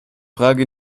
frage